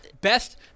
Best